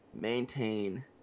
Maintain